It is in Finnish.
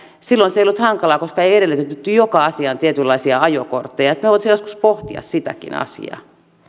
silloin se ei ollut hankalaa koska ei edellytetty joka asiaan tietynlaisia ajokortteja me voisimme joskus pohtia sitäkin asiaa